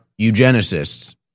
eugenicists